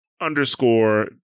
underscore